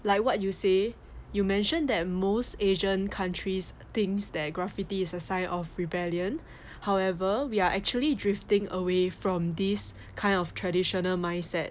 like what you say you mentioned that most asian countries thinks that graffiti is a sign of rebellion however we are actually drifting away from this kind of traditional mindset